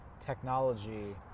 technology